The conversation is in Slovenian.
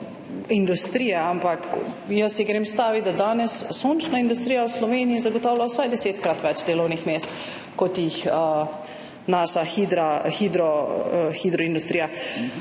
industrije, ampak jaz grem stavit, da danes sončna industrija v Sloveniji zagotavlja vsaj desetkrat več delovnih mest kot jih naša hidro industrija.